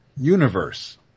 universe